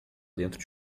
dentro